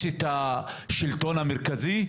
יש השלטון המרכזי,